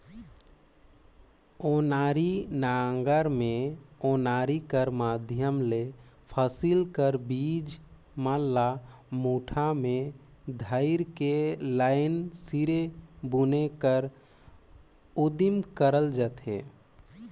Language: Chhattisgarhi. ओनारी नांगर मे ओनारी कर माध्यम ले फसिल कर बीज मन ल मुठा मे धइर के लाईन सिरे बुने कर उदिम करल जाथे